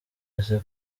ese